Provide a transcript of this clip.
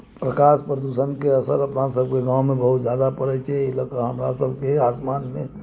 प्रकाश प्रदूषणके असर अपनासभके गाममे बहुत ज्यादा पड़ै छै एहि लऽ कऽ हमरासभके आसमानमे